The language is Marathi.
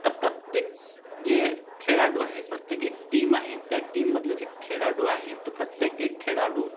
आता प्रत्येक जे खेळाडू आहे प्रत्येक एक टीम आहे त्या टीममधले जे खेळाडू आहे तो प्रत्येक एक खेळाडू